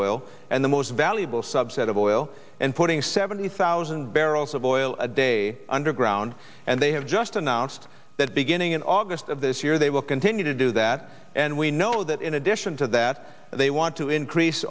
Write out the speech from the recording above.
oil and the most valuable subset of oil and putting seventy thousand barrels of oil a day underground and they have just announced that beginning in august of this year they will continue to do that and we know that in addition to that they want to increase